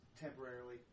temporarily